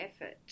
effort